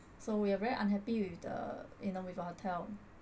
so we're very unhappy with the you know with your hotel